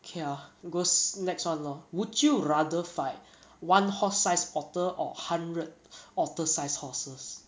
okay ah goes next [one] lor would you rather fight one horse-sized otter or hundred otter-sized horses